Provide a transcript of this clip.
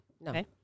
No